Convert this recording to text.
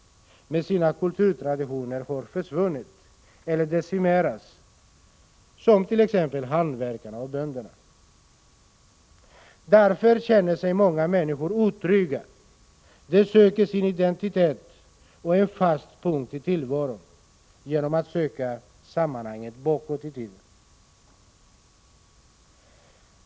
hantverkarna och bönderna — med sina kulturtraditioner har försvunnit eller decimerats. Därför känner sig många människor otrygga. De söker sin identitet och en fast punkt i tillvaron genom att söka sammanhangen bakåt i tiden.